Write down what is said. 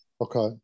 okay